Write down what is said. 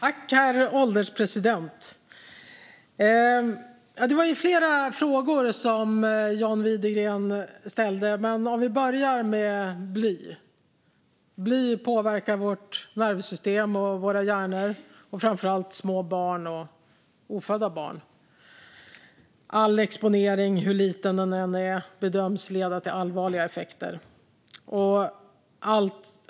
Herr ålderspresident! Det var flera frågor som John Widegren ställde, men vi kan börja med bly. Bly påverkar vårt nervsystem och våra hjärnor, framför allt hos små barn och ofödda barn. All exponering, hur liten den än är, bedöms leda till allvarliga effekter.